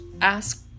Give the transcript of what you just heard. ask